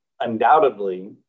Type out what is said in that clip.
undoubtedly